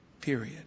period